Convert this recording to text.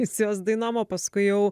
misijos dainom o paskui jau